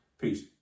Peace